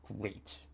great